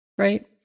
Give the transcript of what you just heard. Right